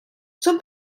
son